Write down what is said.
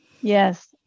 Yes